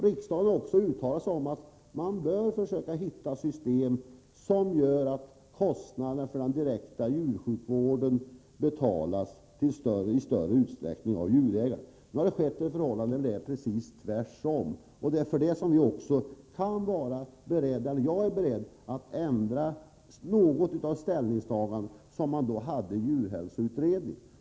Riksdagen har också uttalat att man bör försöka hitta system som gör att kostnaderna för den direkta djursjukvården i större utsträckning betalas av djurägaren. Nu har det skett en förändring så att förhållandet är precis tvärtom. Det är därför som jag är beredd att ändra något på de ställningstaganden man gjorde i djurhälsoutredningen.